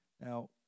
Now